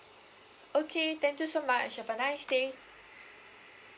okay thank you so much have a nice day